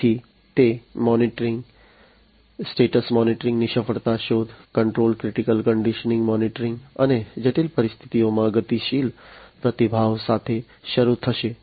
તેથી તે monitoring status monitoring નિષ્ફળતા શોધ કંટ્રોલ ક્રિટિકલ કંડીશન મોનિટરિંગ અને જટિલ પરિસ્થિતિઓમાં ગતિશીલ પ્રતિભાવ સાથે શરૂ થશે